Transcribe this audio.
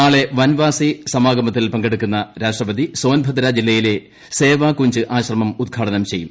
നാളെ വൻവാസ്സി സ്മാഗമത്തിൽ പങ്കെടുക്കുന്ന രാഷ്ട്രപതി സോൻഭദ്ര ജില്ലിയിലെ സേവാകുഞ്ച് ആശ്രമം ഉദ്ഘാടനം ചെയ്യും